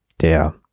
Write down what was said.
der